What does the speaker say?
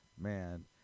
man